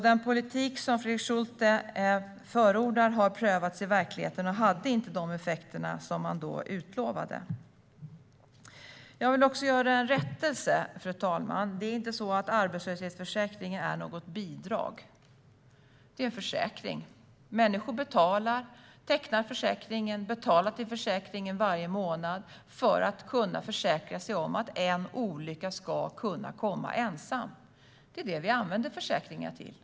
Den politik som Fredrik Schulte förordar har alltså redan prövats i verkligheten och hade inte de effekter som man utlovade. Jag vill också göra en rättelse, fru talman. Arbetslöshetsförsäkringen är inget bidrag. Det är en försäkring. Människor tecknar en försäkring och betalar till försäkringen varje månad för att försäkra sig om att en olycka ska kunna komma ensam. Det är det vi använder försäkringar till.